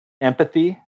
empathy